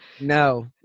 No